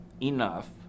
enough